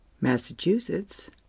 Massachusetts